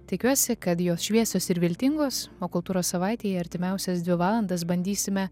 tikiuosi kad jos šviesios ir viltingos o kultūros savaitėje artimiausias dvi valandas bandysime